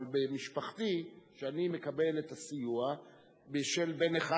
אבל במשפחתי שאני מקבל את הסיוע בשל בן אחד,